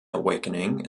awakening